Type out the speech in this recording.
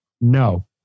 No